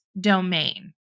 domain